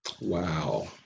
Wow